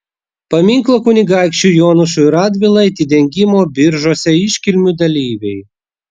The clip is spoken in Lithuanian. paminklo kunigaikščiui jonušui radvilai atidengimo biržuose iškilmių dalyviai